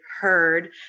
heard